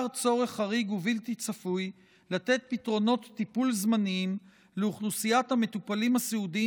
צורך חריג ובלתי צפוי לתת פתרונות טיפול זמניים לאוכלוסיית המטופלים הסיעודיים